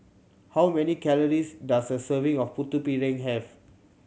how many calories does a serving of Putu Piring have